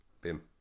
Bim